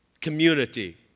community